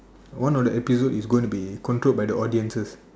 one of the episode is gonna be controlled by the audiences